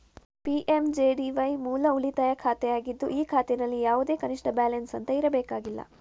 PMJDY ಮೂಲ ಉಳಿತಾಯ ಖಾತೆ ಆಗಿದ್ದು ಈ ಖಾತೆನಲ್ಲಿ ಯಾವುದೇ ಕನಿಷ್ಠ ಬ್ಯಾಲೆನ್ಸ್ ಅಂತ ಇರಬೇಕಾಗಿಲ್ಲ